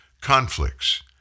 conflicts